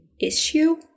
Issue